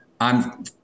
I'm-